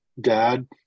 dad